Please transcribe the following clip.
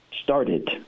started